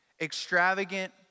extravagant